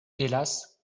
hélas